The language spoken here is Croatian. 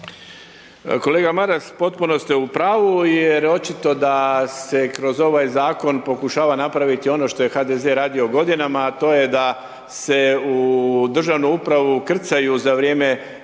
Kolega Maras, potpuno ste u pravu jer očito da se kroz ovaj zakon pokušava napraviti ono što je HDZ radio godinama a to je da se u državnu upravu krcaju za vrijeme